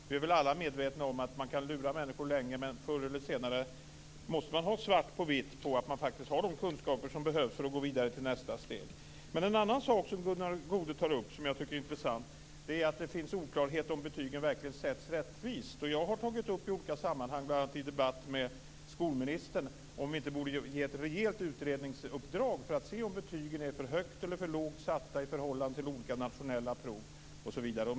Vi är väl alla medvetna om att det går att lura människor länge, men förr eller senare måste man ha svart på vitt på att man faktiskt har de kunskaper som behövs för att gå vidare till nästa steg. Gunnar Goude tar upp en annan intressant sak. Det finns oklarheter om betygen sätts rättvist. Jag har bl.a. i en debatt med skolministern frågat om det inte borde ges ett rejält utredningsuppdrag för att se om betygen är för högt eller för lågt satta i förhållande till olika nationella prov osv.